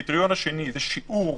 הקריטריון השני הוא שיעור